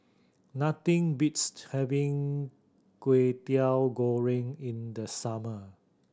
nothing beats having Kwetiau Goreng in the summer